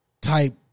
type